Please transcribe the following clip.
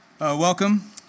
Welcome